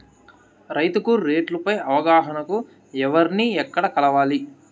రైతుకు రేట్లు పై అవగాహనకు ఎవర్ని ఎక్కడ కలవాలి?